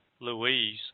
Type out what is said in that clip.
Louise